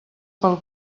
pel